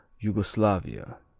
yugoslavia